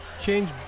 change